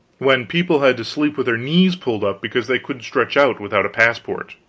when people had to sleep with their knees pulled up because they couldn't stretch out without a passport.